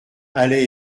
allait